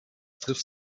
trifft